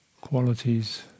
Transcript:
qualities